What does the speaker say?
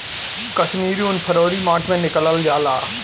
कश्मीरी उन फरवरी मार्च में निकालल जाला